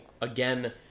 again